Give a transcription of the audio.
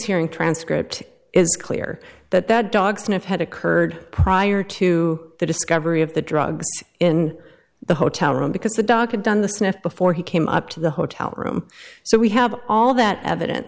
hearing transcript is clear that that dog sniff had occurred prior to the discovery of the drugs in the hotel room because the doc had done the sniff before he came up to the hotel room so we have all that evidence